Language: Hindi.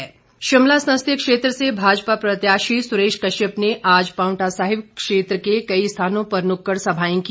सुरेश कश्यप शिमला संसदीय क्षेत्र से भाजपा प्रत्याशी सुरेश कश्यप ने आज पांवटा साहिब क्षेत्र के कई स्थानों पर नुक्कड़ सभाएं की